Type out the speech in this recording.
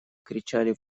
кричали